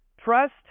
trust